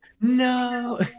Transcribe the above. No